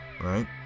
Right